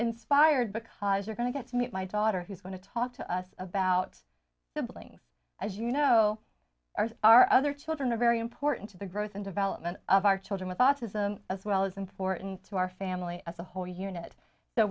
inspired because you're going to get to meet my daughter who's going to talk to us about siblings as you know are our other children are very important to the growth and development of our children with autism as well as important to our family as a whole unit so